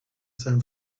san